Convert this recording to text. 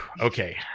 Okay